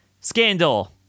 scandal